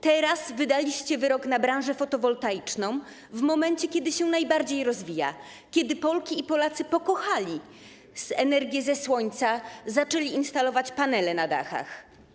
Teraz wydaliście wyrok na branżę fotowoltaiczną – w momencie kiedy ona się najbardziej rozwija, kiedy Polki i Polacy pokochali energię ze słońca, zaczęli instalować panele na dachach.